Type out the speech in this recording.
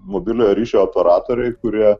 mobiliojo ryšio operatoriai kurie